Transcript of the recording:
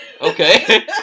Okay